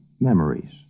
memories